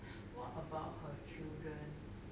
what about her children